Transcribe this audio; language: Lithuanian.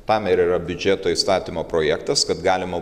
tam ir yra biudžeto įstatymo projektas kad galima